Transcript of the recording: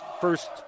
first